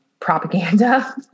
Propaganda